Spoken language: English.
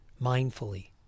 mindfully